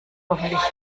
hoffentlich